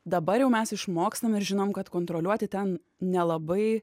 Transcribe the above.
dabar jau mes išmokstam ir žinom kad kontroliuoti ten nelabai